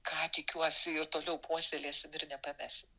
ką tikiuosi ir toliau puoselėsim ir nepames